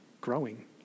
growing